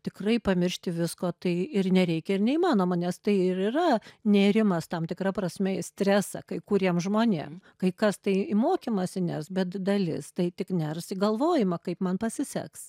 tikrai pamiršti visko tai ir nereikia ir neįmanoma nes tai ir yra nėrimas tam tikra prasme į stresą kai kuriem žmonėm kai kas tai į mokymąsi ners bet dalis tai tik ners į galvojimą kaip man pasiseks